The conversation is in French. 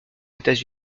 états